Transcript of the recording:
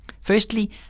Firstly